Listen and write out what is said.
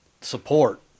support